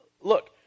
Look